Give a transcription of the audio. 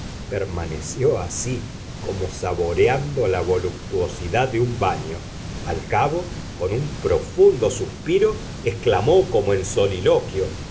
permaneció así como saboreando la voluptuosidad de un baño al cabo con un profundo suspiro exclamó como en soliloquio